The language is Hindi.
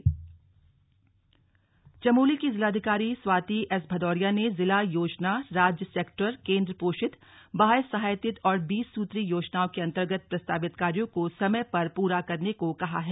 बैठक चमोली चमोली की जिलाधिकारी स्वाति एस भदौरिया ने जिला योजना राज्य सेक्टर केन्द्र पोषित वाह्य सहायतित और बीससूत्री योजनाओं के अन्तर्गत प्रस्तावित कार्यों को समय पर पूरा करने को कहा है